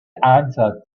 answered